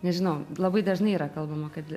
nežinau labai dažnai yra kalbama kad